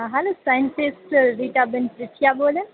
હાલો scientist Ritaben Krishya બોલે